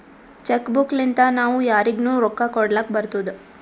check book ಲಿಂತಾ ನಾವೂ ಯಾರಿಗ್ನು ರೊಕ್ಕಾ ಕೊಡ್ಲಾಕ್ ಬರ್ತುದ್